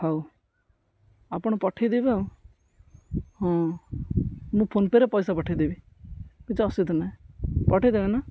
ହଉ ଆପଣ ପଠେଇଦେବେ ଆଉ ହଁ ମୁଁ ଫୋନ ପେରେ ପଇସା ପଠେଇଦେବି କିଛି ଅସୁବିଧା ନାହିଁ ପଠେଇଦେବେ ନା